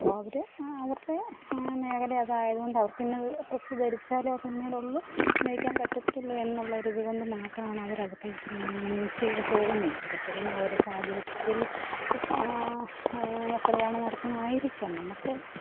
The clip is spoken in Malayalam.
അപ്പം അവർ അവരുടെ മേഖല അതായത് കൊണ്ടവർക്ക് പിന്നെ ഡ്രസ്സ് ധരിച്ചാലും ആ സിനിമയിലുളളൂ അഭിനയിക്കാൻ പറ്റത്തില്ല എന്നുള്ളൊരിത് കൊണ്ട് മാത്രമാണവരതൊക്കെ ചെയ്തുപോകുന്നത് ഓരോരുത്തരും ഓരോ സാഹചര്യത്തിൽ വസ്ത്രധാരണം നടത്തുന്നതായിരിക്കാം നമുക്ക്